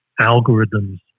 algorithms